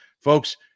Folks